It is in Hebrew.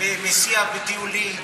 מסיע בטיולים,